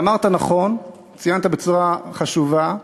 ואמרת נכון, ציינת עובדה חשובה,